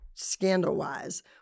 scandal-wise